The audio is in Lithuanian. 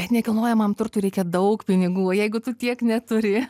nekilnojamam turtui reikia daug pinigų o jeigu tu tiek neturi